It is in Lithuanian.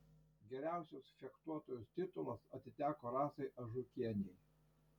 geriausios fechtuotojos titulas atiteko rasai ažukienei